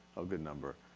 a good number.